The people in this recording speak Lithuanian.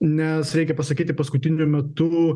nes reikia pasakyti paskutiniu metu